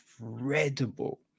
Incredible